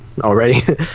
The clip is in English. already